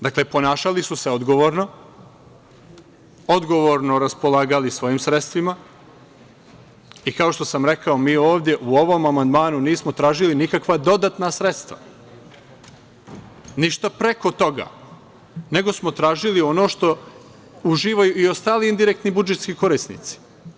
Dakle, ponašali su se odgovorno, odgovorno raspolagali svojim sredstvima, i kao što sam rekao, mi ovde u ovom amandmanu nismo tražili nikakva dodatna sredstva, ništa preko toga, nego smo tražili ono što uživaju i ostali indirektni budžetski korisnici.